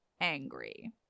angry